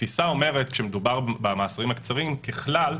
התפיסה אומרת, כשמדובר במאסרים הקצרים ככלל,